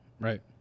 right